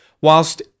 whilst